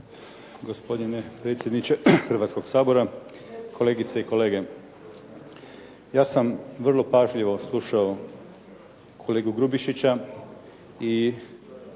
Gospodine predsjedniče Hrvatskog sabora, kolegice i kolege. Ja sam vrlo pažljivo slušao kolegu Grubišića i